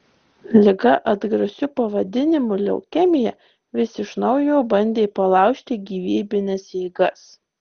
liga atgrasiu pavadinimu leukemija vis iš naujo bandė palaužti gyvybines jėgas